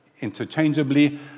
interchangeably